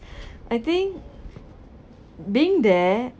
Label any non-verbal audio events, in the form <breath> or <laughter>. <breath> I think being there